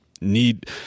need